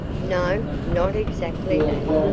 no, not exactly that,